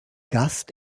gast